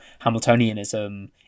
Hamiltonianism